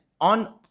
on